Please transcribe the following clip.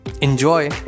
Enjoy